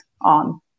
on